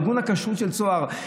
ארגון הכשרות של צהר.